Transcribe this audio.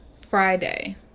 Friday